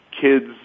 kids